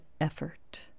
effort